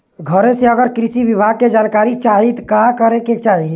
घरे से अगर कृषि विभाग के जानकारी चाहीत का करे के चाही?